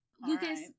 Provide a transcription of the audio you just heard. Lucas